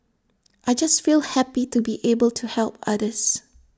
I just feel happy to be able to help others